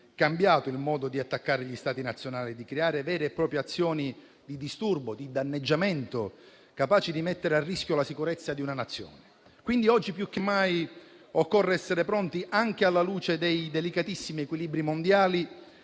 cambiato il modo di attaccare gli Stati nazionali e di creare vere e proprie azioni di disturbo e di danneggiamento, capaci di mettere a rischio la sicurezza di una Nazione. Oggi più che mai occorre essere pronti, anche alla luce dei delicatissimi equilibri mondiali,